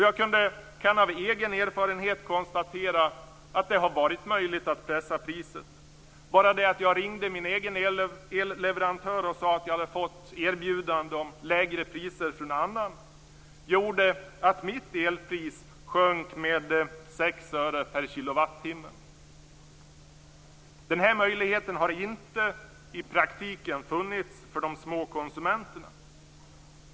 Jag kan av egen erfarenhet konstatera att det har varit möjligt att pressa priset. Jag ringde min egen elleverantör och sade att jag hade fått erbjudande om lägre priser från någon annan. Det gjorde att mitt elpris sjönk med 6 Den här möjligheten har i praktiken inte funnits för de små konsumenterna.